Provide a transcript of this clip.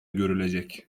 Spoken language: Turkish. görülecek